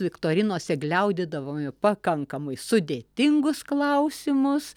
viktorinose gliaudydavom jau pakankamai sudėtingus klausimus